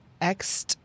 ex